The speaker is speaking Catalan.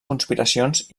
conspiracions